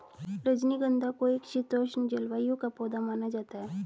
रजनीगंधा को एक शीतोष्ण जलवायु का पौधा माना जाता है